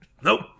Nope